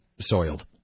soiled